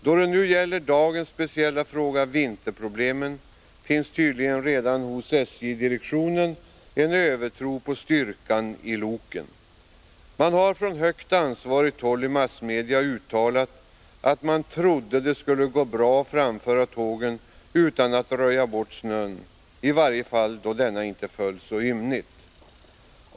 Då det gäller dagens speciella fråga, vinterproblemet, finns det tydligen redan hos SJ-direktionen en övertro på styrkan i loken. Man har från högt ansvarigt håll uttalat i massmedia att man trodde att det skulle gå bra att framföra tågen utan att röja bort snön, i varje fall då den inte föll så ymnigt.